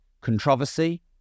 controversy